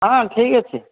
ହଁ ଠିକ୍ ଅଛି